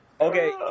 Okay